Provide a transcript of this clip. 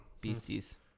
beasties